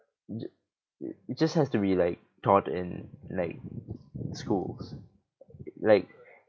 j~ just has to be like taught in like schools like